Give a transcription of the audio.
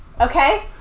okay